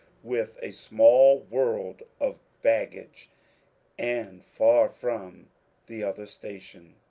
with a small world of baggage and far from the other station.